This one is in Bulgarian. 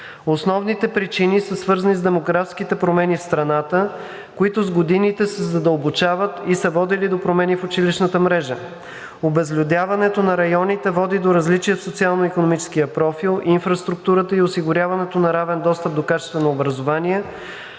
Основните причини са свързани с демографските промени в страната, които с годините се задълбочават и са водили до промени в училищната мрежа. Обезлюдяването на районите води до различия в социално-икономическия профил, инфраструктурата и осигуряването на равен достъп до качествено образование